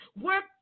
work